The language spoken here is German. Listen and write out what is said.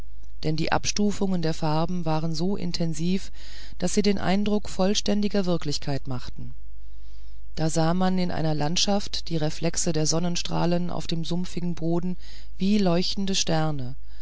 denn die abstufungen der farben waren so intensiv daß sie den eindruck vollständiger wirklichkeit machten da sah man in einer landschaft die reflexe der sonnenstrahlen auf dem sumpfigen boden wie leuchtende sterne